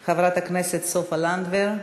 הצעה מס' 371. חברת הכנסת סופה לנדבר.